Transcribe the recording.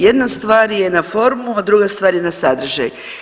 Jedna stvar je na formu, a druga stvar je na sadržaj.